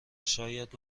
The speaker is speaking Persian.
شاید